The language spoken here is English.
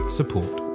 Support